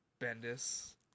Bendis